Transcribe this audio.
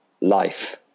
life